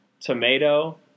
tomato